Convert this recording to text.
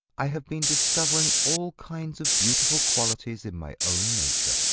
i have been discovering all kinds of beautiful qualities in my own nature.